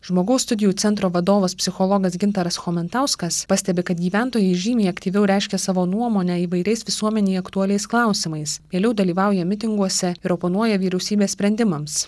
žmogaus studijų centro vadovas psichologas gintaras chomentauskas pastebi kad gyventojai žymiai aktyviau reiškia savo nuomonę įvairiais visuomenei aktualiais klausimais vėliau dalyvauja mitinguose ir oponuoja vyriausybės sprendimams